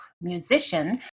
musician